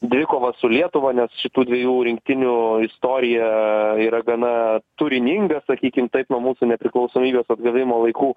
dvikovas su lietuva nes šitų dviejų rinktinių istorija yra gana turininga sakykim taip nuo mūsų nepriklausomybės atgavimo laikų